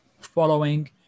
following